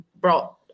brought